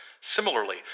Similarly